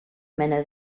mena